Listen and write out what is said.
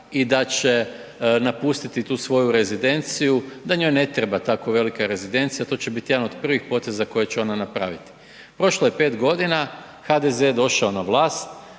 i da će napustiti tu svoju rezidenciju, da njoj ne treba tako velika rezidencija, to će biti jedan od prvih poteza koje će ona napraviti. Prošlo je 5 godina, HDZ je došao na vlast